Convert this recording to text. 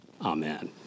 amen